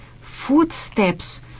footsteps